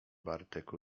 bartek